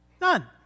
None